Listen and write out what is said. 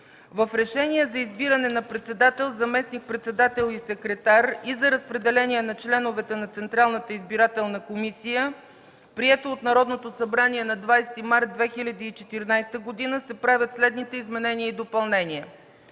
В Решение за избиране на председател, заместник-председател и секретар и за разпределение на членовете на Централната избирателна комисия, прието от Народното събрание на 20 март 2014 г. се правят следните изменения и допълнения: